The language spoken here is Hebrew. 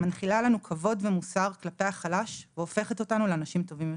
מנחילה לנו כבוד ומוסר כלפי החלש והופכת אותנו לאנשים טובים יותר.